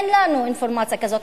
אין לנו אינפורמציה כזאת.